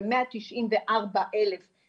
זה שווה מאה תשעים וארבע אלף משפחות,